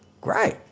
Great